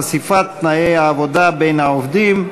חשיפת תנאי העבודה בין העובדים),